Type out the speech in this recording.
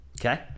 okay